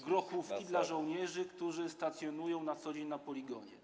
grochówki dla żołnierzy, którzy stacjonują na co dzień na poligonie?